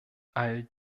all